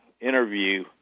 interview